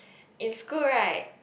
it's good right